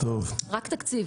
רק תקציב.